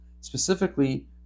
specifically